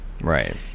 Right